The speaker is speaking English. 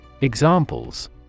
Examples